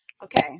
Okay